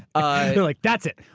ah they're like, that's it.